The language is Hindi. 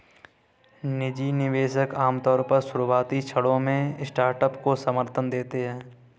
निजी निवेशक आमतौर पर शुरुआती क्षणों में स्टार्टअप को समर्थन देते हैं